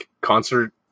concert